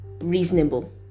reasonable